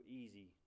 easy